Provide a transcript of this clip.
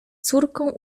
córką